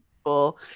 people